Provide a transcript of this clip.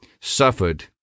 suffered